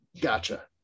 gotcha